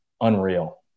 unreal